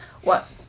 What-